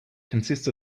consists